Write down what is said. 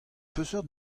peseurt